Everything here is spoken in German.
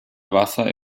wasser